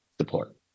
support